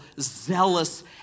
zealous